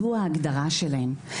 זו ההגדרה שלהם.